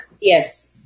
Yes